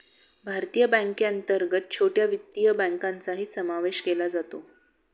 भारतीय बँकेअंतर्गत छोट्या वित्तीय बँकांचाही समावेश केला जातो